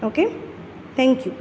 okay thank you